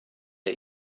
der